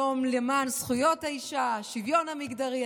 יום למען זכויות האישה, השוויון המגדרי.